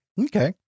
Okay